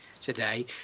today